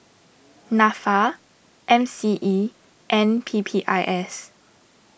Nafa M C E and P P I S